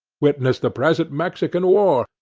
witness the present mexican war,